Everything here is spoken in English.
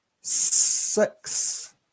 six